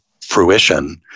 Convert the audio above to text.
fruition